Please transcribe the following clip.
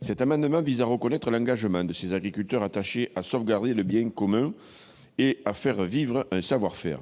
Cet amendement vise à reconnaître l'engagement de ces agriculteurs attachés à sauvegarder le bien commun et à faire vivre un savoir-faire.